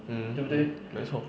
hmm 没错